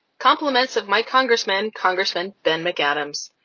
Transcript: compliments of my congressman, congressman ben mcadams.